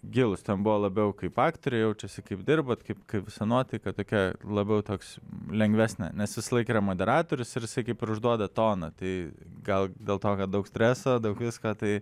gilūs ten buvo labiau kaip aktoriai jaučiasi kaip dirbat kaip kaip visa nuotaika tokia labiau toks lengvesnė nes visą laiką yra moderatorius ir jisai kaip užduoda toną tai gal dėl to kad daug streso daug visko tai